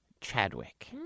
Chadwick